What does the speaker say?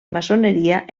maçoneria